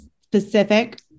specific